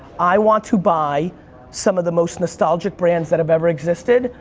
i want to buy some of the most nostalgic brands that have ever existed,